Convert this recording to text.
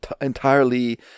entirely